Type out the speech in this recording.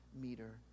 meter